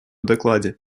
докладе